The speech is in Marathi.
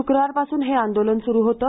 शुक्रवारपासून हे आंदोलन सुरू होते